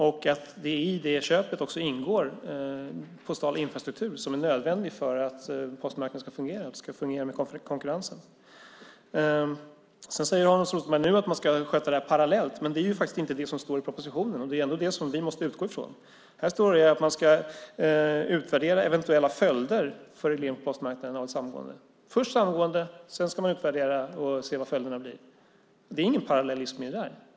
I det köpet ingår ju också postal infrastruktur som är nödvändig för att postmarknaden och konkurrensen ska fungera. Hans Rothenberg säger nu att man ska sköta det här parallellt. Men det är inte någonting som står i propositionen, och det är ändå den som vi måste utgå ifrån. Där står att man ska utvärdera eventuella följder för postmarknaden av ett samgående. Först samgående - sedan ska man utvärdera och se vad följderna blir. Det är ingen parallellism i det.